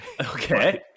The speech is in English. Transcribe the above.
Okay